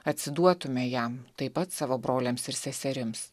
atsiduotume jam taip pat savo broliams ir seserims